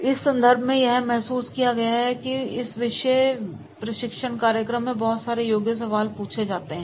इस संदर्भ में यह महसूस किया गया है कि इस विशेष प्रशिक्षण कार्यक्रम में बहुत सारे योग्य सवाल पूछते हैं